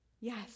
Yes